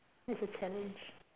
it's a challenge